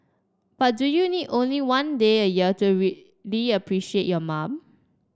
but do you need only one day a year to really appreciate your mom